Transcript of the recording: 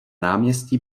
náměstí